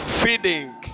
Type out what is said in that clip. feeding